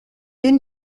been